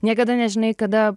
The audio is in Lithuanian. niekada nežinai kada